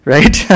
Right